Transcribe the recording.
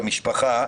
והמשפחה.